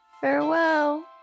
Farewell